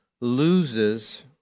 loses